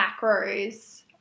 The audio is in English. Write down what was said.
macros